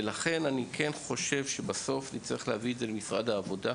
לכן אני כן חושב שבסוף נצטרך להביא את זה למשרד העבודה,